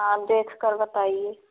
हाँ देखकर बताइए